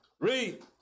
Read